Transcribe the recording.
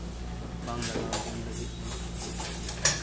ᱵᱟᱝ ᱞᱟᱜᱟᱣ ᱟᱵᱚᱱ ᱞᱟᱹᱜᱤᱫ ᱛᱮ